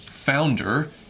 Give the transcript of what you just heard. founder